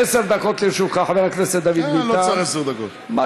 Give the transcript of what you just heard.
עשר דקות לרשותך, חבר הכנסת דוד ביטן.